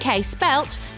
spelt